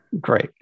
Great